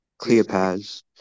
Cleopas